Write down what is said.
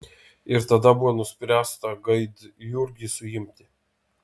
ir tada buvo nuspręsta gaidjurgį suimti